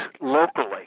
locally